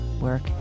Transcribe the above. work